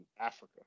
Africa